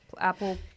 apple